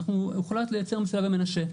הוחלט לייצר מסילה במנשה.